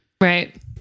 right